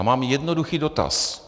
Mám jednoduchý dotaz.